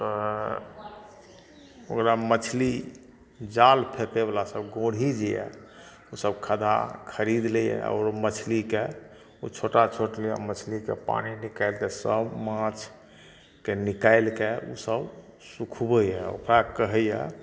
तऽ ओकरामे मछली जाल फेकैवला सब गोढ़ि जे यऽ ओसभ खदहा खरिद लैए आओर ओ मछलीके ओ छोटा छोटा मछलीके पानि निकालिके सब माछकेँ निकालिके ओ सब सुखबैए ओकरा कहैए